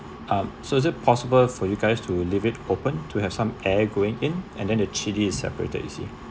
um so is it possible for you guys to leave it open to have some air going in and then the chili is separated you see